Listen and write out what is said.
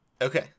Okay